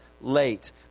late